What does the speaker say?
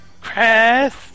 Chris